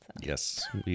Yes